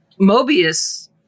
Mobius